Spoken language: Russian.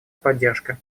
поддержка